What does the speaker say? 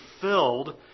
filled